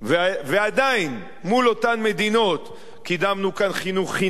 ועדיין, מול אותן מדינות, קידמנו כאן חינוך חינם.